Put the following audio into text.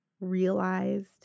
realized